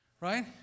right